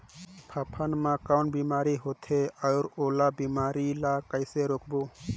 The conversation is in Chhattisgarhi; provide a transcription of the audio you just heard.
फाफण मा कौन बीमारी होथे अउ ओला बीमारी ला कइसे रोकबो?